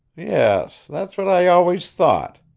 yes, that's what i always thought.